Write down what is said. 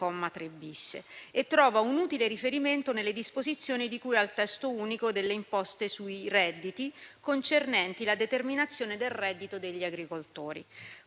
e trova un utile riferimento nelle disposizioni di cui al testo unico delle imposte sui redditi concernenti la determinazione del reddito degli agricoltori.